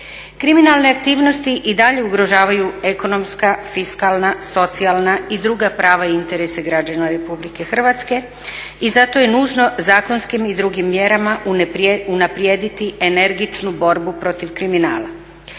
Kriminalne aktivnosti i dalje ugrožavaju ekonomska, fiskalna, socijalna i druga prava i interese građana Republike Hrvatske i zato je nužno zakonskim i drugim mjerama unaprijediti energičnu borbu protiv kriminala.